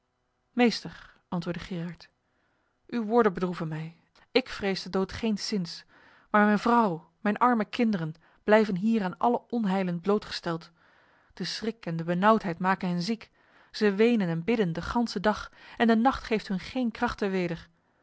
meester antwoordde geeraert uw woorden bedroeven mij ik vrees de dood geenszins maar mijn vrouw mijn arme kinderen blijven hier aan alle onheilen blootgesteld de schrik en de benauwdheid maken hen ziek zij wenen en bidden de ganse dag en de nacht geeft hun geen krachten